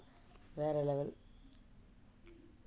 வேற:vera level